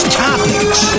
topics